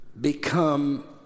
Become